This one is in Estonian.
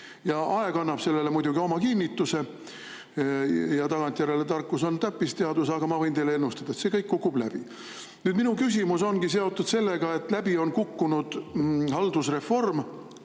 ja aeg annab sellele muidugi oma kinnituse. Tagantjärele tarkus on täppisteadus, aga ma võin teile ennustada, et see kõik kukub läbi. Minu küsimus ongi seotud sellega, et haldusreform